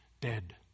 dead